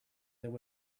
there